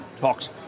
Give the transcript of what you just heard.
talks